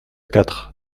quatre